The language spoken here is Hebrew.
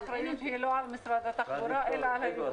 האחריות היא לא על משרד התחבורה אלא על היבואנים.